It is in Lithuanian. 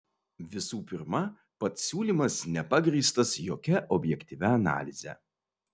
visų pirma pats siūlymas nepagrįstas jokia objektyvia analize